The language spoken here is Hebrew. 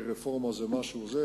כי רפורמה זה משהו אחר,